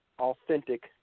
authentic